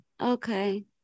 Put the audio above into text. Okay